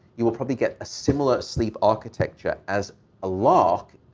you will probably get a similar sleep architecture as a lark,